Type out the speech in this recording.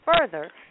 further